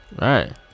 right